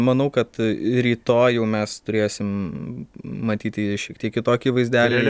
manau kad rytoj jau mes turėsim matyti šiek tiek kitokį vaizdelį